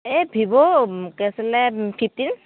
এই ভিভ' কি আছিলে ফিফটিন